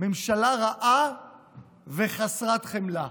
ממשלה רעה וחסרת חמלה.